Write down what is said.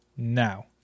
Now